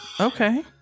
Okay